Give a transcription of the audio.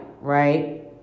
Right